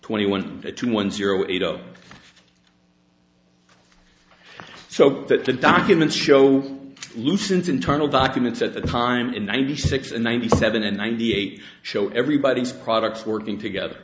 twenty one to one zero eight zero so that the documents show lucian's internal documents at the time in ninety six and ninety seven and ninety eight show everybody's products working together